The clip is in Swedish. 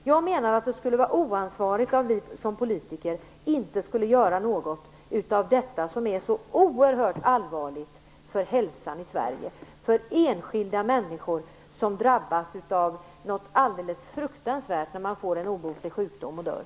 Jag menar att det skulle vara oansvarigt om vi som politiker inte skulle göra något av detta, som är så oerhört allvarligt för hälsan i Sverige och för enskilda människor som drabbas något alldeles fruktansvärt när de får en obotlig sjukdom och dör.